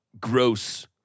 gross